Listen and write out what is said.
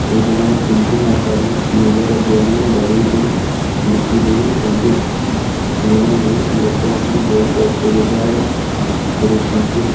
ଋଣ ଶୁଝିନପାରି ନିଜର ଜମିବାଡ଼ିକୁ ବିକିଦେଇଥାନ୍ତି ଋଣ ନେଇ ଲୋକମାନେ ବହୁତ ଅସୁବିଧାରେ ପଡ଼ୁଛନ୍ତି